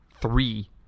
Three